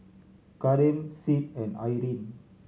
Karim Sid and Irine